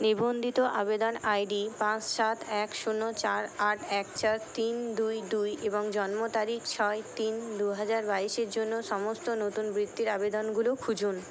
নিবন্ধিত আবেদন আইডি পাঁচ সাত এক শূন্য চার আট এক চার তিন দুই দুই এবং জন্ম তারিখ ছয় তিন দু হাজার বাইশের জন্য সমস্ত নতুন বৃত্তির আবেদনগুলো খুঁজুন